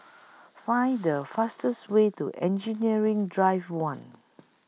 Find The fastest Way to Engineering Drive one